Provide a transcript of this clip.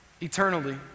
Eternally